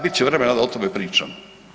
Bit će vremena da o tome pričam.